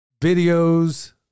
videos